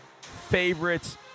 favorites